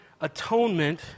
atonement